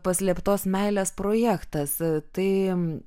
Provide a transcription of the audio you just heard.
paslėptos meilės projektas tai